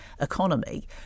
economy